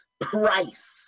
Price